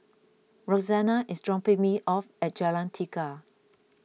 Roxana is dropping me off at Jalan Tiga